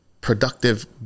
productive